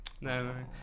no